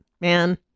man